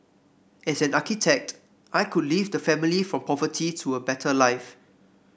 and as an architect I could lift the family from poverty to a better life